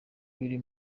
biri